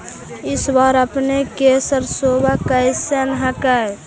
इस बार अपने के सरसोबा कैसन हकन?